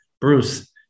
Bruce